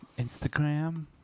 Instagram